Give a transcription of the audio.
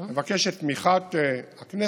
אני כמובן אבקש את תמיכת הכנסת